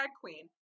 queen